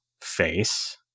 face